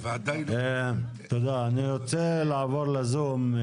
אני רוצה לעבור לזום.